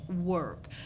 work